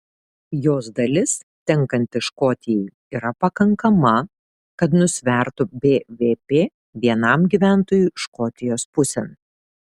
jos dalis tenkanti škotijai yra pakankama kad nusvertų bvp vienam gyventojui škotijos pusėn